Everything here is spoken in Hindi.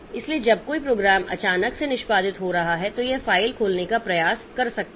इसलिए जब कोई प्रोग्राम अचानक से निष्पादित हो रहा है तो यह फ़ाइल खोलने का प्रयास कर सकता है